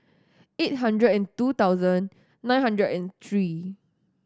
eight hundred and two thousand nine hundred and three